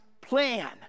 plan